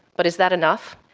but is that enough?